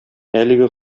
әлеге